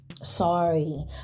sorry